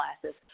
classes